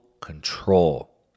control